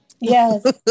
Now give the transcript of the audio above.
Yes